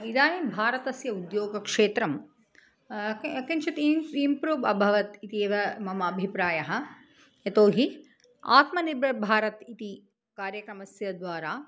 इदानीं भारतस्य उद्योगक्षेत्रं क किञ्चित् इं इम्प्रूव् अभवत् इति एव मम अभिप्रायः यतोऽहि आत्मनिर्भर् भारत् इति कार्यक्रमस्य द्वारा